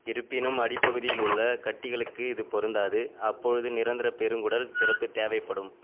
இருப்பிணும் அடிப்பகுதியில் உள்ள கட்டிகளுக்குப் இது பொருந்தாது அப்பொழுது நிரந்தர பெருங்குடல் திறப்பு தேவைப்படும்